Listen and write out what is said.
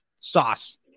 sauce